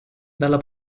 dalla